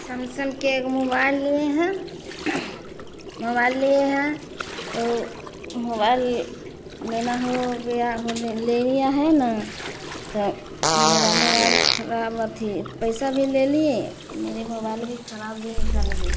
Samsung के एक mobile लिए हैं मुबाइल लिए हैं तो मुबाइल लेना हो गया हो ले लिया है ना त मेरा मुबाइल खराब अथी पैसा भी ले लिए और मेरी मुबाइल भी खराब